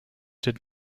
did